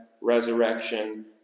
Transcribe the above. resurrection